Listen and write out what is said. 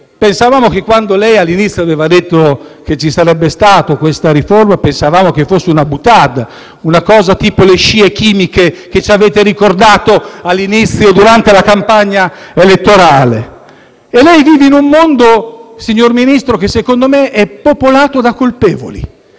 Ministro, quando lei all'inizio ha detto che ci sarebbe stata questa riforma, pensavamo che fosse una *boutade*, qualcosa tipo le scie chimiche che ci avete ricordato all'inizio, durante la campagna elettorale. Secondo me, signor Ministro, lei vive in un mondo popolato da colpevoli.